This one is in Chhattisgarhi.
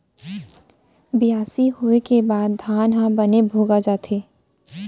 बियासी होय के बाद धान ह बने भोगा जाथे